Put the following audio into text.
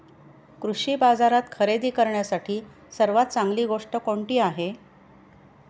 कृषी बाजारात खरेदी करण्यासाठी सर्वात चांगली गोष्ट कोणती आहे?